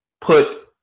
put